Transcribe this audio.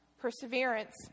Perseverance